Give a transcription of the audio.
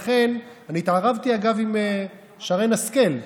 לכן אני התערבתי, אגב, עם שרן השכל.